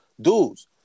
dudes